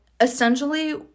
essentially